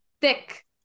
thick